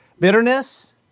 Bitterness